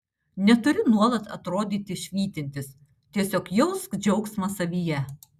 neturi nuolat atrodyti švytintis tiesiog jausk džiaugsmą savyje